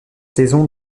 saison